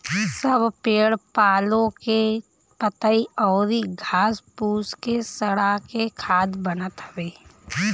सब पेड़ पालो के पतइ अउरी घास फूस के सड़ा के खाद बनत हवे